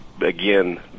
again